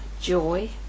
joy